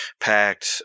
packed